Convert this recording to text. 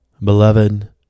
Beloved